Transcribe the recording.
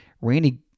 Randy